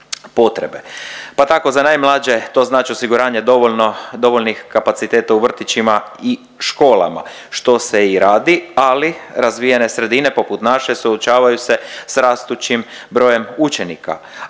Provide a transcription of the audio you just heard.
potrebe. Pa tako za najmlađe to znači osiguranje dovoljno, dovoljnih kapaciteta u vrtićima i školama, što se i radi ali razvijene sredine poput naše suočavaju se s rastućim brojem učenika.